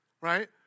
right